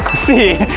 see!